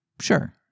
Sure